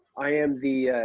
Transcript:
i am the